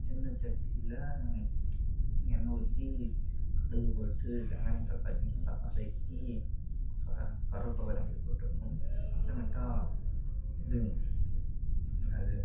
சின்ன சட்டியில் எண்ணெய் ஊற்றி கடுகு போட்டு வெங்காயம் தக்காளி நல்லா வதக்கி க கறிவேப்பிலை ரெண்டு போட்டுக்கணும் அப்புறமேட்டா இது என்னது